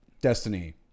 destiny